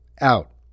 out